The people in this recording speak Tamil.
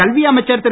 கல்வி அமைச்சர் திரு